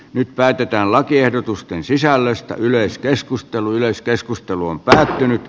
nyt päätetään lakiehdotusten sisällöstä yleiskeskustelu yleiskeskustelu on päättynyt